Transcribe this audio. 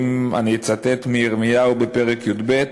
אם אני אצטט מירמיהו, פרק, י"ב: